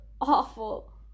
awful